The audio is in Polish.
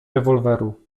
rewolweru